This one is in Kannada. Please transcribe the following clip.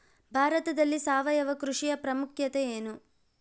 ಭಾರತದಲ್ಲಿ ಸಾವಯವ ಕೃಷಿಯ ಪ್ರಾಮುಖ್ಯತೆ ಎನು?